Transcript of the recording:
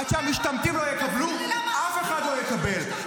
עד שהמשתמטים לא יקבלו, אף אחד לא יקבל.